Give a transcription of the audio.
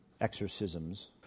exorcisms